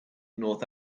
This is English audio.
north